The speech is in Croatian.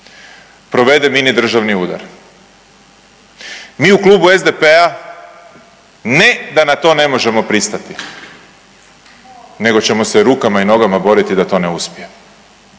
provede mini državni udar. Mi u Klubu SDP-a ne da na to ne možemo pristati, nego ćemo se rukama i nogama boriti da to ne uspije.